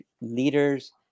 leaders